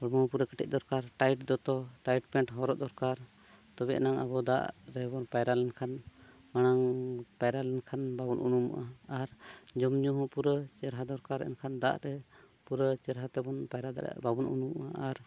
ᱦᱚᱲᱢᱚ ᱯᱩᱨᱟᱹ ᱠᱮᱴᱮᱡ ᱫᱚᱨᱠᱟᱨ ᱴᱟᱭᱤᱴ ᱫᱚᱛᱚ ᱴᱟᱭᱤᱴ ᱯᱮᱱᱴ ᱦᱚᱨᱚᱜ ᱫᱚᱨᱠᱟᱨ ᱛᱮᱵᱮ ᱮᱱᱟᱝ ᱟᱵᱚ ᱫᱟᱜᱨᱮᱵᱚᱱ ᱯᱟᱭᱨᱟ ᱞᱮᱱᱠᱷᱟᱱ ᱢᱟᱲᱟᱝ ᱯᱟᱭᱨᱟ ᱞᱮᱱᱠᱷᱟᱱ ᱵᱟᱵᱚᱱ ᱩᱵᱱᱢᱚᱜᱼᱟ ᱟᱨ ᱡᱚᱢ ᱧᱩ ᱦᱚᱸ ᱯᱩᱨᱟᱹ ᱪᱮᱨᱦᱟ ᱫᱚᱨᱠᱟᱨ ᱮᱱᱠᱷᱟᱱ ᱫᱟᱜᱨᱮ ᱯᱩᱨᱟᱹ ᱪᱮᱨᱦᱟ ᱛᱮᱜᱵᱚᱱ ᱯᱟᱭᱨᱟ ᱫᱟᱲᱮᱭᱟᱜᱼᱟ ᱵᱟᱵᱚᱱ ᱩᱱᱩᱢᱚᱜᱼᱟ ᱟᱨ